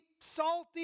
salty